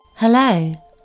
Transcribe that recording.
Hello